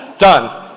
done